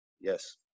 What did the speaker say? Yes